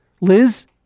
Liz